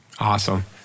awesome